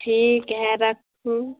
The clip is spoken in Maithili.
ठीक है रक्खू